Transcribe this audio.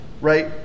right